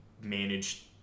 managed